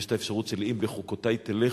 יש את האפשרות של "אם בחוקותי תלכו",